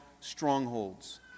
strongholds